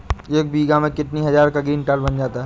एक बीघा में कितनी हज़ार का ग्रीनकार्ड बन जाता है?